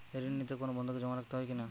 ঋণ নিতে কোনো বন্ধকি জমা রাখতে হয় কিনা?